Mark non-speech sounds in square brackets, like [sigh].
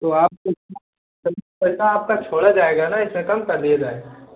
वो आपको [unintelligible] पैसा आपका छोड़ा जाएगा ना इसमें कम कर दिया जाएगा